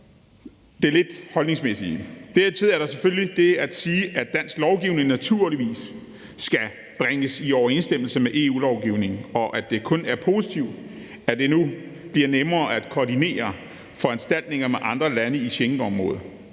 det lidt holdningsmæssige. Dertil er der selvfølgelig det at sige, at dansk lovgivning naturligvis skal bringes i overensstemmelse med EU-lovgivningen, og at det kun er positivt, at det nu bliver nemmere at koordinere foranstaltninger med andre lande i Schengenområdet.